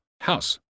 house